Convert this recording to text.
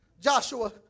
Joshua